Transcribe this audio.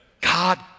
God